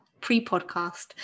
pre-podcast